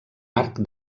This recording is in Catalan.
arc